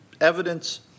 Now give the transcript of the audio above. evidence